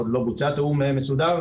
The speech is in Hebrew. עוד לא בוצע תיאום מסודר,